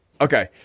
Okay